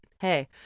Hey